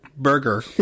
Burger